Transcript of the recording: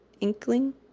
inkling